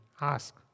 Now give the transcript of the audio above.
Ask